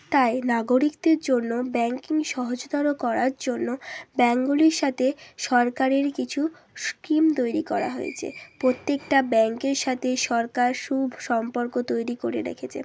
তাই নাগরিকদের জন্য ব্যাংকিং সহজতর করার জন্য ব্যাংকগুলির সাথে সরকারের কিছু স্কিম তৈরি করা হয়েছে প্রত্যেকটা ব্যাংকের সাথে সরকার সু সম্পর্ক তৈরি করে রেখেছে